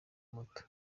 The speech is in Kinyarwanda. moto